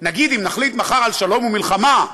נגיד, אם נחליט מחר על שלום ומלחמה,